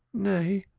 nay,